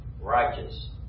righteous